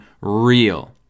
real